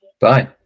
Bye